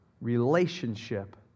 relationship